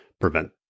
prevent